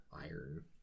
iron